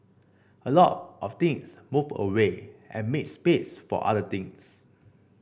a lot of things move away and make space for other things